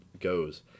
goes